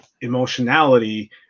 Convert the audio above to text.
emotionality